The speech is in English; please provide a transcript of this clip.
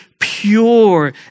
pure